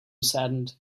saddened